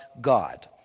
God